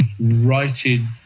writing